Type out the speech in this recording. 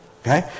okay